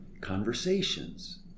conversations